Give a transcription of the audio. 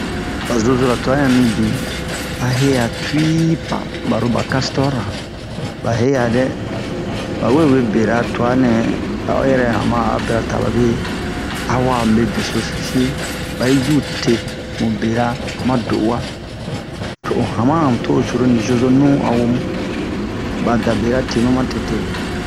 ba zozora tua yan mibin a he'a tu'i pa baro ba kastor ra ba he'a dɛ bawe we bera tuanɛ a'o yɛrɛ haman a bira ta babe a wa'a mube besosi re ba yi ju te mu bera ma do'uwa to o hamana mu to o coro nicozo nu a womu ba da bera tenu ma tete